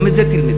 גם את זה תלמדי.